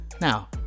Now